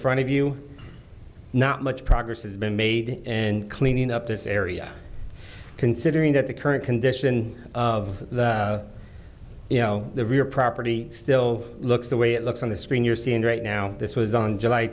front of you not much progress has been made and cleaning up this area considering that the current condition of the you know the real property still looks the way it looks on the screen you're seeing right now this was on july